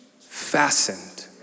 fastened